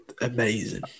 amazing